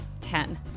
ten